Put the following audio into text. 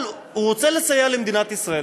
אבל הוא רוצה לסייע למדינת ישראל,